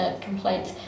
complaints